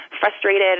frustrated